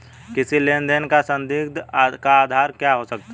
किसी लेन देन का संदिग्ध का आधार क्या हो सकता है?